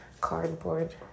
cardboard